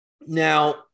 Now